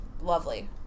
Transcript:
lovely